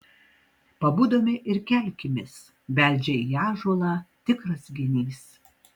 pabudome ir kelkimės beldžia į ąžuolą tikras genys